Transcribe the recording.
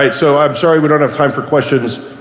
like so i'm sorry we don't have time for questions.